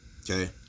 Okay